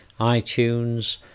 iTunes